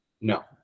No